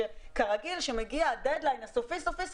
וכרגיל כשמגיע הדד-ליין הסופי,